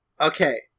okay